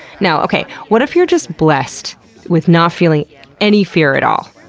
now okay, what if you're just blessed with not feeling any fear at all?